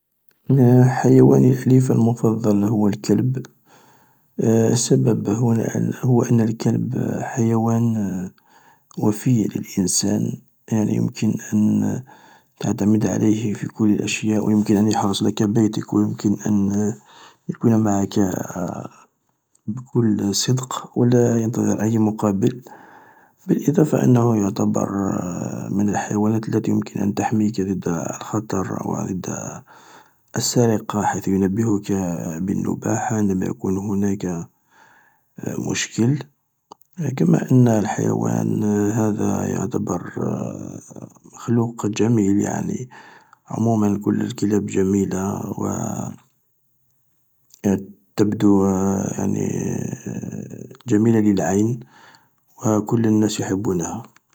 ﻿حيواني الأليف المفضل هو الكلب، السبب هو ان الكلب حيوان وفي للانسان يعني يمكن أن تعتمد عليه في كل الأشياء و يمكن أن يحرص لك بيتك و يمكن أن يكون معك بكل صدق ولا يطمع اي مقابل، بالإضافة أنه يعتبر من الحيوانات التي يمكن أن تحميك ضد الخطر و ضد السارق، حيث ينبهك بالنباح عندما يكون هناك مشكل. كما ان الحيوان هذا يعتبر مخلوق جميل يعني، عموما كل الكلاب جميلة و تبدو جميلة للعين وكل الناس يحبوها.